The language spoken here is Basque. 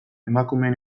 emakumeen